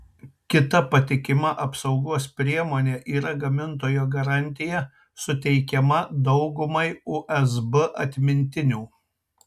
kita patikima apsaugos priemonė yra gamintojo garantija suteikiama daugumai usb atmintinių